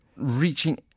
reaching